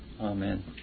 Amen